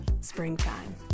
springtime